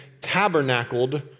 tabernacled